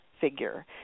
figure